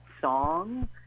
song